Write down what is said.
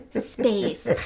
space